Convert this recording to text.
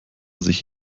sich